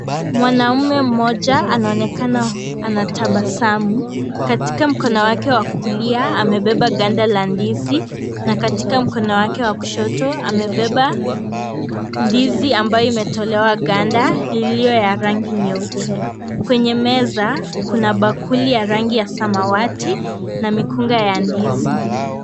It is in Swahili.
Mwanamme mmoja anaonekana anatabasamu, katika mkono wake wa kulia amebeba ganda la ndizi na katika mkono wake wa kushoto amebeba ndizi ambayo imetolewa ganda iliyo ya rangi nyeupe kwenye meza kuna bakuli ya rangi ya samawati na mikunga ya ndizi.